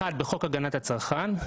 האחד, בחוק הגנת הצרכן,